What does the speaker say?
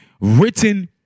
written